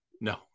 No